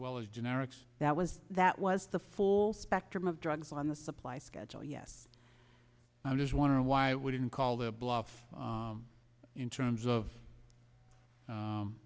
well as generics that was that was the full spectrum of drugs on the supply schedule yes i'm just wondering why we didn't call their bluff in terms of